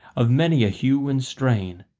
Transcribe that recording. of many a hue and strain,